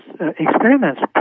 experiments